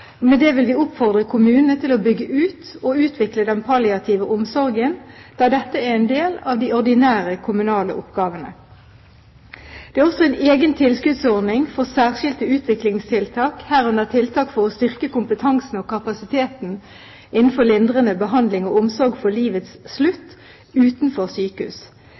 Med det vil vi oppfordre kommunene til å bygge ut og utvikle den palliative omsorgen der dette er en del av de ordinære kommunale oppgavene. Det er også en egen tilskuddsordning for særskilte utviklingstiltak, herunder tiltak for å styrke kompetansen og kapasiteten innenfor lindrende behandling og omsorg for livets slutt, utenfor sykehus.